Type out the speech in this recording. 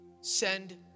Send